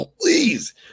please